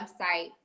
website